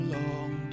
long